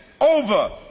over